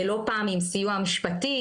לא פעם עם סיוע משפטי,